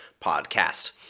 podcast